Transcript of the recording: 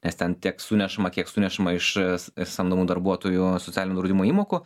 nes ten tiek sunešama kiek sunešama iš s samdomų darbuotojų socialinio draudimo įmokų